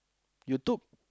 you took